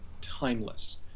timeless